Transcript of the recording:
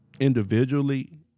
Individually